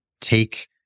take